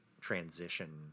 transition